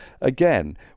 again